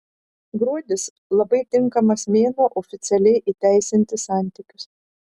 gruodis labai tinkamas mėnuo oficialiai įteisinti santykius